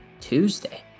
Tuesday